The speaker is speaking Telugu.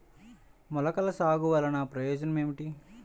మొలకల సాగు వలన ప్రయోజనం ఏమిటీ?